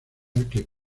que